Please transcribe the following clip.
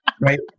right